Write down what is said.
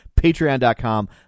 Patreon.com